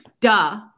Duh